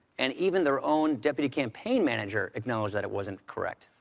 and even their own deputy campaign manager acknowledged that it wasn't correct.